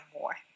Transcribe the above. more